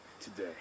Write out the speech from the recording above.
today